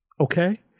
okay